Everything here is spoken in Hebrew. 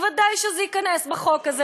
ודאי שזה ייכנס בחוק הזה,